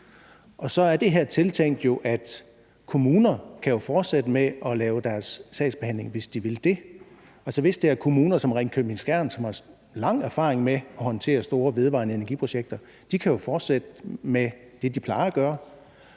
er det her jo tiltænkt til, at kommuner kan fortsætte med at lave deres sagsbehandling, hvis de vil det. Altså, hvis det er en kommune som Ringkøbing Skjern, som har lang tids erfaring med at håndtere store vedvarende energiprojekter, så kan de jo fortsætte med det, de plejer at gøre.